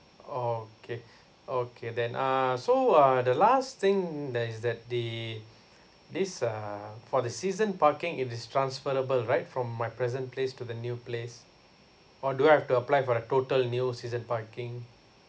okay okay then uh so uh the last thing that is that the this uh for the season parking it is transferable right from my present place to the new place or do I have to apply for a total new season parking